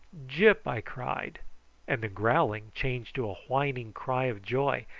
gyp! i cried and the growling changed to a whining cry of joy,